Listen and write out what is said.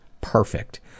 perfect